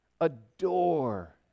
adore